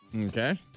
okay